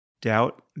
doubt